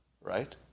right